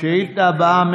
השאילתה הבאה,